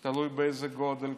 זה תלוי באיזה גודל,